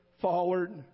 forward